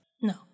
No